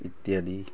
ইত্যাদি